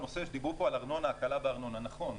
דיברו פה על הקלה בארנונה נכון,